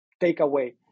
takeaway